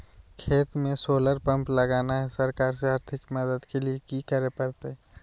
खेत में solar pump लगाना है, सरकार से आर्थिक मदद के लिए की करे परतय?